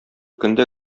көндә